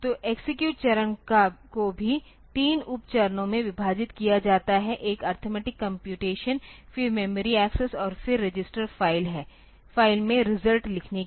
तो एक्सेक्यूट चरण को भी तीन उप चरणों में विभाजित किया जाता है एक अरिथमेटिक कम्प्यूटेशन फिर मेमोरी एक्सेस और फिर रजिस्टर फाइल में रिजल्ट लिखने के लिए